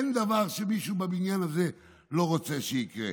אין מישהו בבניין הזה שלא רוצה שזה יקרה,